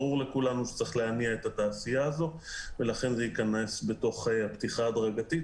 ברור לכולנו שצריך להניע את התעשייה הזו ולכן זה ייכנס בפתיחה ההדרגתית,